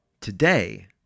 Today